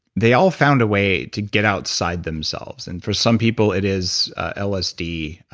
they all found a way to get outside themselves. and for some people, it is lsd.